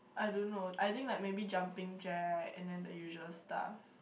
I don't know I think like maybe jumping jack and then the usual stuff